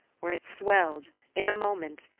where it swelled, in a moment,